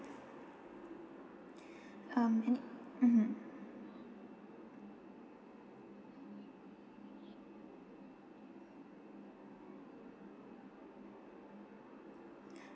um and mmhmm